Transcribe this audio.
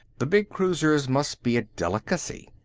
the big cruisers must be a delicacy.